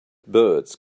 birds